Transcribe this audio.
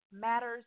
matters